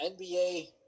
NBA